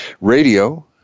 radio